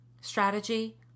Strategy